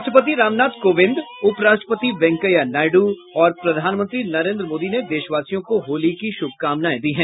राष्ट्रपति रामनाथ कोविंद उपराष्ट्रपति वेंकैया नायड् और प्रधानमंत्री नरेन्द्र मोदी ने देशवासियों को होली की शुभकामनाएं दी हैं